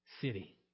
city